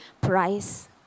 price